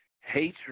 hatred